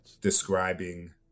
describing